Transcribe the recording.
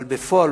אבל בפועל,